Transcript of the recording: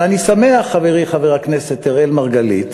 ואני שמח, חברי חבר הכנסת אראל מרגלית,